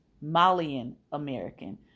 Malian-American